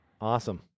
Awesome